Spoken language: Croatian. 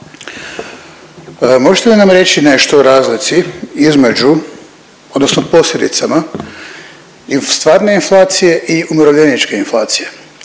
Možete li nam reći nešto o razlici između odnosno posljedicama stvarne inflacije i umirovljeničke inflacije